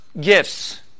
gifts